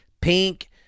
pink